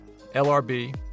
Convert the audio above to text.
LRB